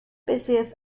busiest